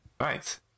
Right